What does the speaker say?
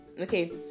okay